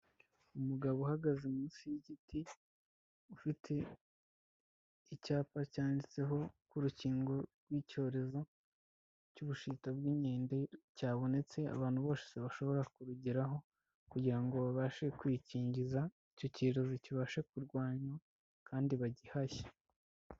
Umugabo uhagaze munsi y'igiti ufite icyapa cyanditseho ko urukingo rw'icyorezo cy'Ubushita bw'Inkende cyabonetse, abantu bose bashobora kurugeraho kugira ngo babashe kukingiza icyo cyorezo kibashe kurwanywa kandi bagihashye.